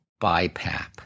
BiPAP